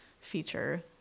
feature